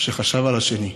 שחשב על השני,